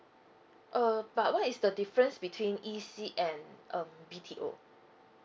uh but what is the difference between E_C and um B_T_O